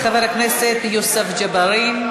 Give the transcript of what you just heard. חבר הכנסת יוסף ג'בארין,